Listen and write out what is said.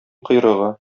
койрыгы